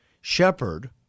shepherd